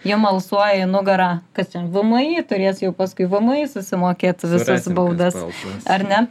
jum alsuoja į nugarą kas ten vmi turės jau paskui vmi susimokėti visas baudas ar ne